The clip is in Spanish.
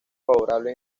favorable